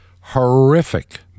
horrific